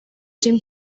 jean